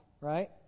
Right